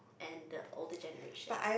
and the older generation